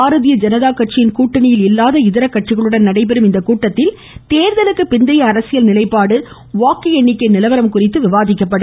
பாரதீய ஜனதா கட்சி கூட்டணியில் இல்லாத இதர கட்சிகளுடன் நடைபெறும் இக்கூட்டத்தில் தேர்தலுக்கு பிந்தைய அரசியல் நிலைப்பாடு வாக்கு எண்ணிக்கை நிலவரங்கள் குறித்து விவாதிக்கப்படும்